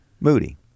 Moody